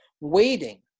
waiting